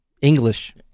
English